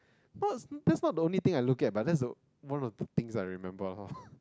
plus that's not the only thing I look at but then that's the one of the things I remember loh